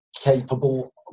capable